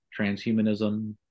transhumanism